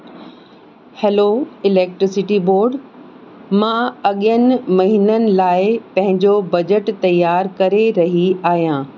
hello electricity board मां अॻियनि महीननि लाइ पंहिंजो बजट तयारु करे रही आहियां